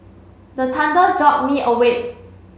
the thunder jolt me awake